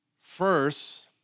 First